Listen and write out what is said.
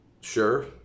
sure